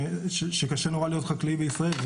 קשה נורא להיות חקלאי בישראל,